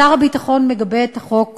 שר הביטחון מגבה את החוק,